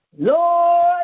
Lord